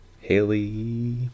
Haley